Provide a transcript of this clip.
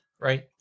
Right